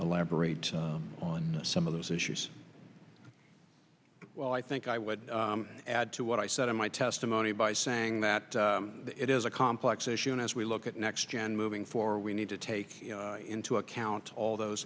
a lab rate on some of those issues well i think i would add to what i said in my testimony by saying that it is a complex issue and as we look at next gen moving for we need to take into account all those